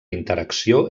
interacció